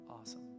Awesome